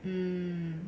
hmm